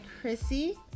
Chrissy